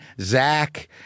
Zach